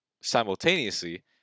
simultaneously